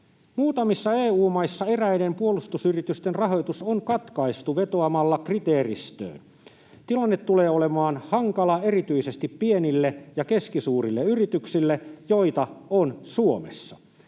Muutamissa EU-maissa eräiden puolustusyritysten rahoitus on katkaistu vetoamalla kriteeristöön. Tilanne tulee olemaan hankala erityisesti pienille ja keskisuurille yrityksille, joita on Suomessa.